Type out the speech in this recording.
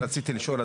אבל רציתי לשאול,